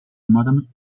mòdem